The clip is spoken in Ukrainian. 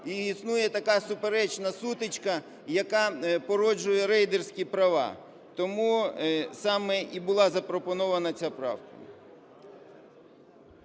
існує така суперечна сутичка, яка породжує рейдерські права. Тому саме і була запропонована ця правка.